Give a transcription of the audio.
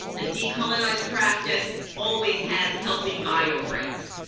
a decolonized practice always has healthy bio breaks.